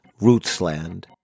Rootsland